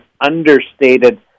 understated